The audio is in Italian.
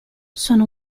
sono